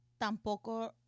Tampoco